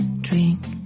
drink